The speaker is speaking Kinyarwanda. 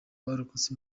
barokotse